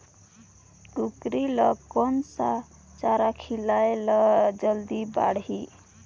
कूकरी ल कोन सा चारा खिलाय ल जल्दी बाड़ही?